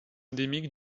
endémique